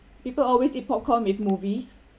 people always eat popcorn with movies